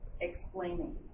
explaining